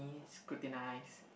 scrutinize